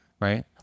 right